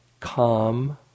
calm